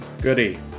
Goody